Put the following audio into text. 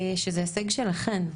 שזה הישג שלכן.